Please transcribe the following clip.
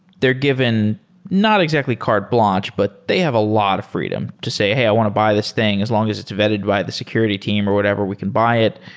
they're given not exactly carte blanche, but they have a lot of freedom to say, hey, i want to buy this thing as long as it's vetted by the security team, or whatever. we can buy it,